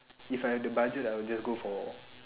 if I have the budget I will just go for